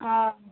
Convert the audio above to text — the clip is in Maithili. हँ